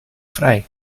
vrij